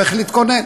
צריך להתכונן.